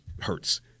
hurts